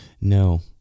no